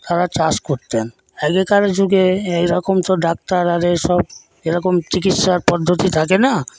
তারা চাষ করতেন আগেকার যুগে এইরকম তো ডাক্তার আর এসব এরকম চিকিৎসার পদ্ধতি থাকে না